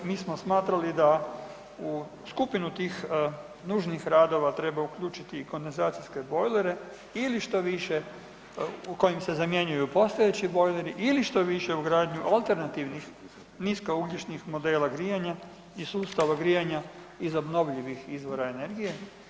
Mi smo smatrali da u skupinu tih nužnih radova treba uključiti i kondenzacijske bojlere ili, što više, kojim se zamjenjuju postojeći bojleri, ili štoviše, ugradnju alternativnih niskougljičnih modela grijanja i sustava grijanja iz obnovljivih izvora energije.